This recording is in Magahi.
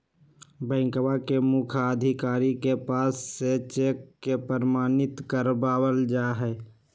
बैंकवा के मुख्य अधिकारी के पास से चेक के प्रमाणित करवावल जाहई